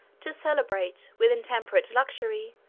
to celebrate, with intemperate luxury,